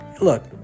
Look